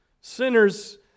Sinners